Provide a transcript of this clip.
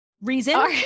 reason